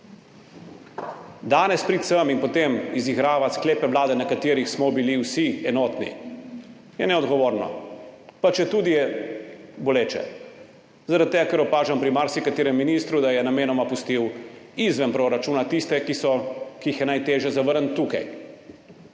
Danes priti sem in potem izigravati sklepe Vlade, pri katerih smo bili vsi enotni, je neodgovorno, pa četudi je boleče. Zaradi tega ker opažam pri marsikaterem ministru, da je namenoma pustil izven proračuna tiste, ki jih je najtežje zavrniti, tukaj,